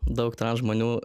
daug transžmonių